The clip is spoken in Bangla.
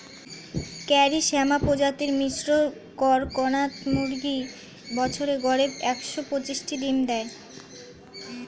কারি শ্যামা প্রজাতির মিশ্র কড়কনাথ মুরগী বছরে গড়ে একশ পাঁচটি ডিম দেয়